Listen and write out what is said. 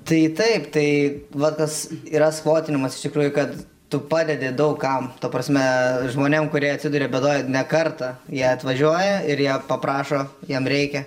tai taip tai va tas yra skvotinimas iš tikrųjų kad tu padedi daug kam ta prasme žmonėm kurie atsiduria bėdoj ne kartą jie atvažiuoja ir jo paprašo jam reikia